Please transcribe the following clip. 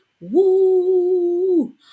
Woo